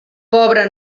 pobra